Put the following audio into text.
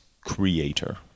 creator